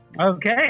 okay